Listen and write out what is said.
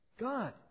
God